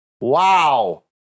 Wow